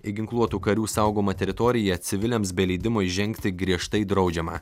į ginkluotų karių saugomą teritoriją civiliams be leidimo įžengti griežtai draudžiama